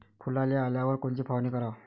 फुलाले आल्यावर कोनची फवारनी कराव?